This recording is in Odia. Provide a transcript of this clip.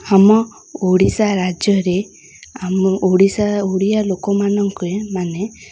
ଆମ ଓଡ଼ିଶା ରାଜ୍ୟରେ ଆମ ଓଡ଼ିଶା ଓଡ଼ିଆ ଲୋକମାନଙ୍କୁ ମାନେ